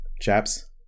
Chaps